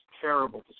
terrible